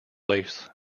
lace